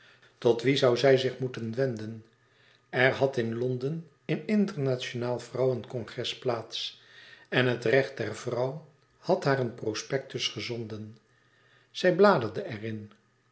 tot wie zoû zij zich moeten wenden er had in londen een internationaal vrouwen congres plaats en het recht der vrouw had haar een prospectus gezonden zij bladerde er